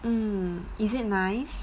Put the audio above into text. um is it nice